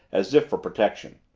as if for protection.